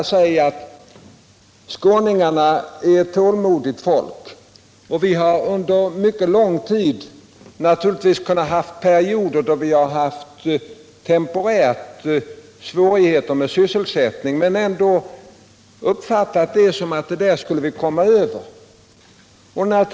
Skåningarna är ett tålmodigt folk. Vi har haft perioder med temporära sysselsättningssvårigheter men uppfattat det som något vi skulle komma över.